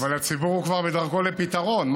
אבל הציבור כבר בדרכו לפתרון,